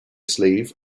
sleeve